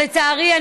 לצערי,